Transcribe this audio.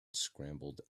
scrambled